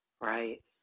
Right